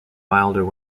milder